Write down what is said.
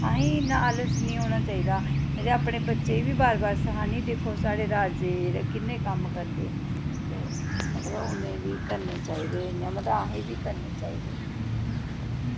असें ई इ'न्ना आलस निं होना चाहिदा में ते अपने बच्चें ई बी बार बार सखानी कि दिक्खो साढ़े राजे जेह्ड़े कि'न्ना कम्म करदे ते मतलब उ'नें करने चाहिदे मतलब असें बी करने चाहिदे